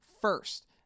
First